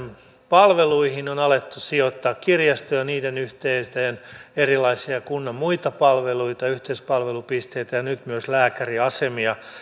palveluihin on alettu sijoittaa kirjastoja ja niiden yhteyteen erilaisia kunnan muita palveluita yhteispalvelupisteitä ja nyt myös lääkäriasemia